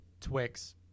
Twix